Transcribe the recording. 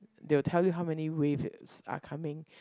they will tell you how many wave are coming